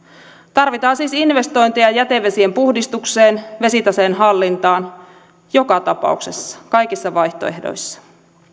tarvitaan siis investointeja jätevesien puhdistukseen ja vesitaseen hallintaan joka tapauksessa kaikissa vaihtoehdoissa